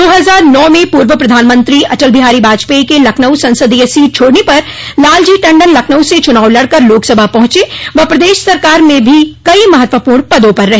दो हजार नौ में पूर्व प्रधानमंत्री अटल बिहारी वाजपेई के लखनऊ संसदीय सीट छोड़ने पर लालजी टण्डन लखनऊ से चुनाव लड़कर लोकसभा पहुंचे व प्रदेश सरकार में भी कई महत्वपूर्ण पदों पर रहे